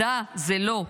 מדע זה לא,